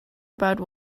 about